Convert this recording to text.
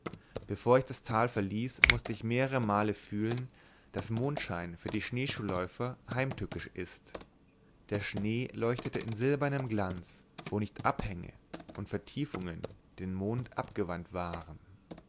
bevor ich das tal verließ mußte ich mehrere male fühlen daß mondschein für schneeschuhläufer heimtückisch ist der schnee leuchtete in silbernem glanz wo nicht abhänge und vertiefungen dem mond abgewandt waren